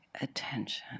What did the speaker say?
attention